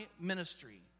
ministry